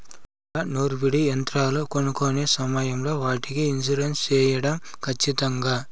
పంట నూర్పిడి యంత్రాలు కొనుక్కొనే సమయం లో వాటికి ఇన్సూరెన్సు సేయడం ఖచ్చితంగా?